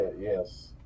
yes